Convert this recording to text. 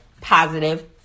positive